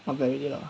not bad already lah